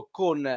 con